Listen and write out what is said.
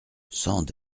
sand